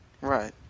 Right